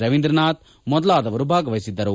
ರವೀಂದ್ರನಾಥ್ ಮೊದಲಾದವರು ಭಾಗವಹಿಸಿದ್ದರು